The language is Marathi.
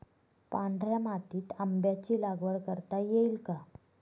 पांढऱ्या मातीत आंब्याची लागवड करता येईल का?